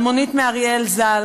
אלמונית מאריאל ז"ל,